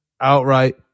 Outright